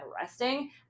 resting